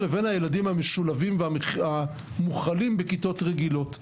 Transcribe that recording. לבין הילדים המשולבים והמוכלים בכיתות רגילות.